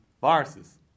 Viruses